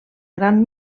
gran